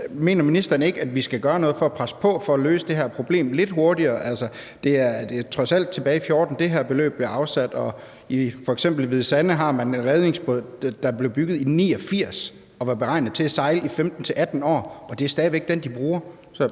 mener ministeren ikke, vi skal gøre noget for at presse på for at løse det her problem lidt hurtigere? Det var trods alt i 2014, det her beløb blev afsat, og f.eks. i Hvide Sande har man en redningsbåd, der blev bygget i 1989 og var beregnet til at sejle i 15-18 år, og det er stadig væk den, de bruger.